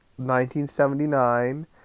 1979